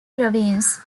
province